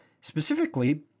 specifically